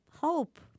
hope